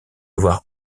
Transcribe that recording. avoir